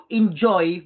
enjoy